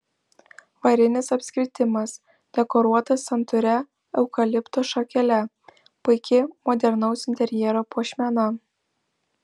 varinis apskritimas dekoruotas santūria eukalipto šakele puiki modernaus interjero puošmena